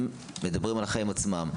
הם מדברים על החיים עצמם.